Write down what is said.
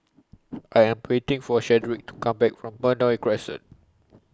I Am waiting For Shedrick to Come Back from Benoi Crescent